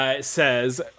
says